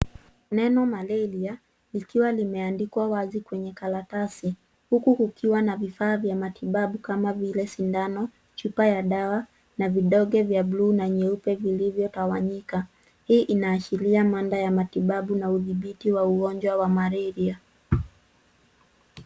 Neno malaria likiwa limeandikwa wazi kwenye karatasi huku kukiwa na vifaa vya matibabu kama vile sindano, chupa ya dawa na vidonge vya bluu na nyeupe vilivyotawanyika. Hii inaashiria mada ya matibabu na udhibiti wa ugonjwa wa malaria.